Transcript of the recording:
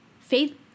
Faith